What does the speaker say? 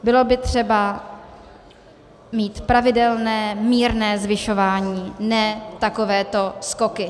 Bylo by třeba mít pravidelné, mírné zvyšování, ne takovéto skoky.